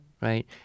right